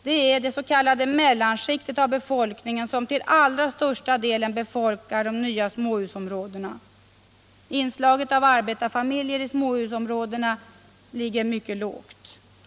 Det är det s.k. mellanskiktet av befolkningen som till allra största delen befolkar de nya småhusområdena. Inslaget av arbetarfamiljer i småhusområdena är mycket lågt.